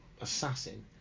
assassin